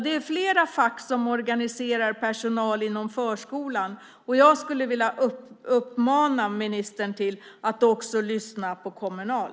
Det är flera fack som organiserar personal inom förskolan, och jag skulle vilja uppmana ministern att också lyssna på Kommunal.